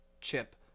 Chip